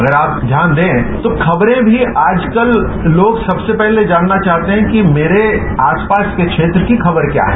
अगर आप ध्यान दें तो खबरें भी आजकल लोग सबसे पहले जानना चाहते हैं कि मेरे आसपास के क्षेत्र की खबर क्या है